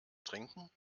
trinken